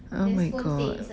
oh my god